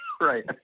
Right